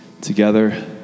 together